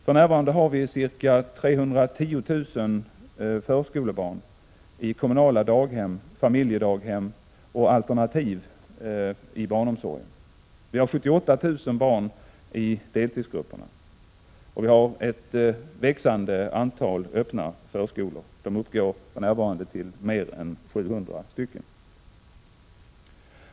För närvarande har vi ca 310 000 förskolebarn i kommunala daghem, familjedaghem och alternativ barnomsorg. Vi har 78 000 barn i deltidsgrupperna, och vi har ett växande antal öppna förskolor — de uppgår för närvarande till mer än 700 stycken.